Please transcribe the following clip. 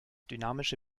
dynamische